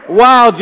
Wow